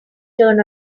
turn